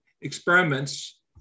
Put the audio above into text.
experiments